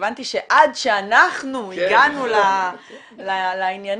התכוונתי שעד שאנחנו הגענו לעניינים,